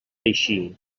així